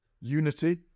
unity